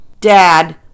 Dad